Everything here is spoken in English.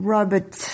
Robert